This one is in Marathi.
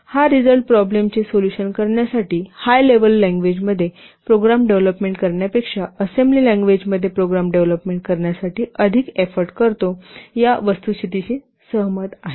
हा रिजल्ट प्रॉब्लेमचे सोल्युशन करण्यासाठी हाय लेव्हल लँग्वेजत प्रोग्राम डेव्हलोपमेंट करण्यापेक्षा असेंब्ली लँग्वेजमध्ये प्रोग्राम डेव्हलोपमेंट करण्यासाठी अधिक एफोर्ट करतो या वस्तुस्थितीशी सहमत आहे